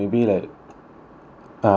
uh